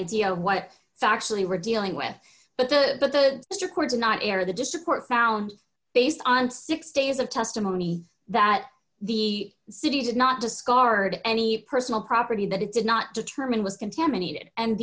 idea what factually we're dealing with but the district court did not air the district court found based on six days of testimony that the city did not discard any personal property that it did not determine was contaminated and